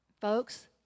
Folks